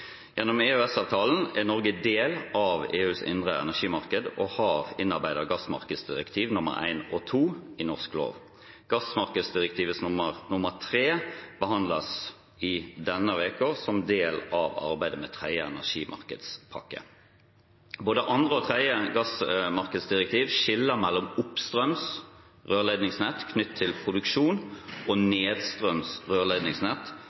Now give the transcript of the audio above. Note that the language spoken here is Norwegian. Gjennom EØS-avtalen er Norge en del av EUs indre energimarked og har innarbeidet gassmarkedsdirektiv I og II i norsk lov. Gassmarkedsdirektiv III behandles denne uken som en del av arbeidet med tredje energimarkedspakke. Både andre og tredje gassmarkedsdirektiv skiller mellom oppstrøms rørledningsnett knyttet til produksjon og nedstrøms rørledningsnett,